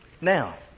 Now